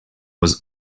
was